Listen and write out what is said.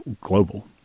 global